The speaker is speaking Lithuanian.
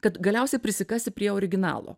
kad galiausiai prisikasi prie originalo